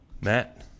Matt